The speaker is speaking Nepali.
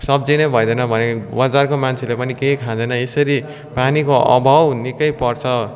सब्जी नै भइदिएन भने बजारको मान्छेले पनि केही खाँदैन यसरी पानीको अभाव निक्कै पर्छ